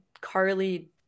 carly